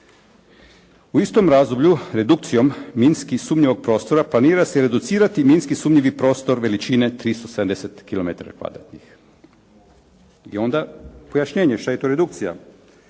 "U istom razdoblju redukcijom minski sumnjivog prostora planira se reducirati minski sumnjivi prostor veličine 370 kilometara kvadratnih." I onda pojašnjenje što je to redukcija.